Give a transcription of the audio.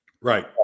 right